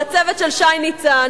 על הצוות של שי ניצן,